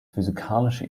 physikalische